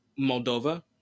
moldova